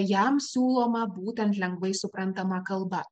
jam siūloma būtent lengvai suprantama kalba